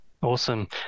Awesome